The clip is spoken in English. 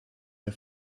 her